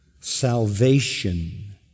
salvation